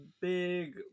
big